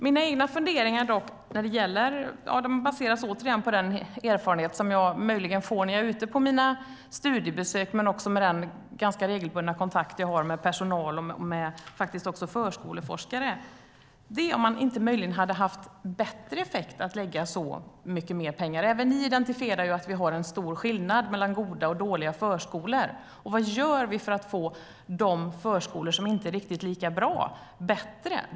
Mina egna funderingar baseras på den erfarenhet jag möjligen får när jag är ute på mina studiebesök men också av de ganska regelbundna kontakter jag har med personal och förskoleforskare. Även ni identifierar att det är en stor skillnad mellan goda och dåliga förskolor. Vad gör vi för att få de förskolor som inte är riktigt bra bättre?